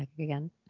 again